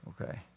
Okay